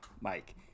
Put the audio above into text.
Mike